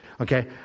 Okay